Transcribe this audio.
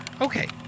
Okay